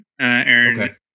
Aaron